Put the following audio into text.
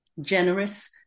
generous